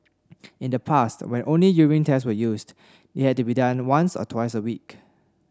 in the past when only urine tests were used they had to be done once or twice a week